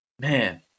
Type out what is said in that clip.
man